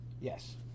yes